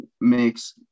makes